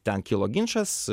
ten kilo ginčas